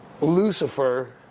Lucifer